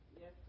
Yes